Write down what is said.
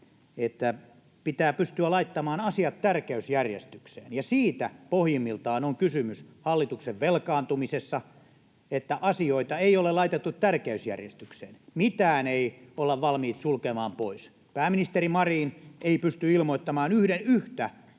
että pitää pystyä laittamaan asiat tärkeysjärjestykseen, ja siitä pohjimmiltaan on kysymys hallituksen velkaantumisessa, että asioita ei ole laitettu tärkeysjärjestykseen, mitään ei olla valmiit sulkemaan pois. Pääministeri Marin ei pysty ilmoittamaan yhden yhtä